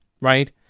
Right